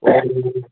ꯑꯣꯏ